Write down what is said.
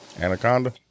Anaconda